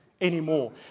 anymore